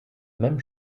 même